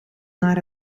naar